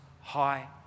High